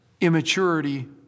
immaturity